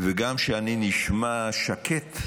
וגם כשאני נשמע שקט,